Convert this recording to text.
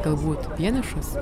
galbūt vienišas